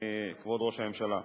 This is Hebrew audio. כבוד ראש הממשלה.